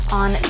on